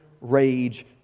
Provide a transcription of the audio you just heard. rage